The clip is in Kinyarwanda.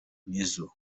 nizzo